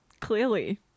clearly